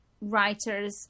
writers